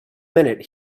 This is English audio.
minute